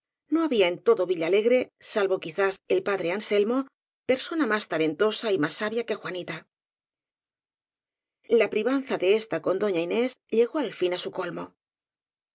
no había en todo villalegre salvo quizás el padre anselmo persona más talentosa y más sabia que juanita la privanza de ésta con doña inés llegó al fin á su colmo